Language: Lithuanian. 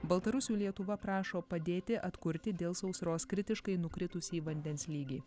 baltarusių lietuva prašo padėti atkurti dėl sausros kritiškai nukritusį vandens lygį